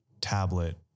tablet